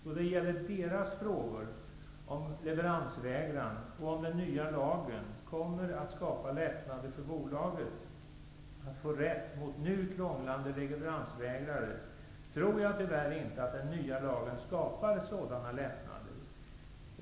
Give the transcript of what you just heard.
När det gäller småföretagarnas frågor om leveransvägran och om huruvida den nya lagen kommer att göra det lättare för bolaget att få rätt mot nu krånglande leveransvägrare, tror jag tyvärr inte att den nya lagen skapar sådana lättnader.